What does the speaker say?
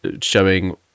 showing